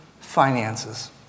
finances